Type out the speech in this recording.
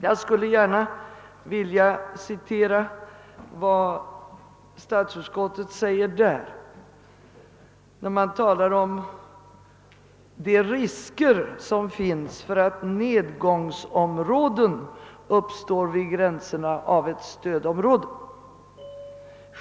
Jag skulle gärna vilja citera statsutskottets skrivning. Det talas där om >»de risker som finns för att nedgångsområden uppstår vid gränsen till ett stödområde.